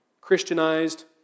Christianized